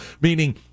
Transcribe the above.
meaning